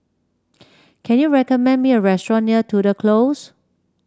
can you recommend me a restaurant near Tudor Close